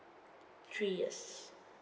three years